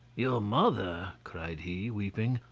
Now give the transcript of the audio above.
your mother cried he, weeping.